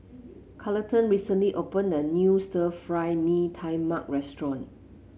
Carleton recently opened a new Stir Fry Mee Tai Mak restaurant